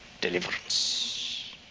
deliverance